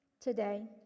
today